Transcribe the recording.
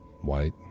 white